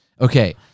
Okay